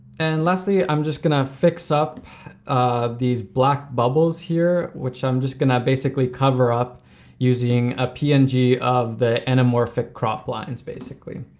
and lastly, i'm just gonna fix up these black bubbles here, which i'm just gonna basically cover up using a png and of the anamorphic crop lines, basically.